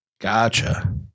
Gotcha